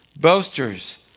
Boasters